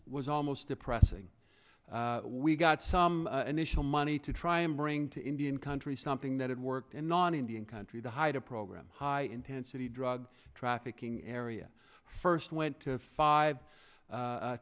was almost depressing we got some initial money to try and bring to indian country something that it worked in non indian country to hide a program high intensity drug trafficking area first went to five